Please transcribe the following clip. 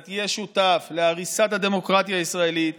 אתה תהיה שותף להריסת הדמוקרטיה הישראלית,